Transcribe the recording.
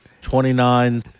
Twenty-nine